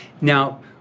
Now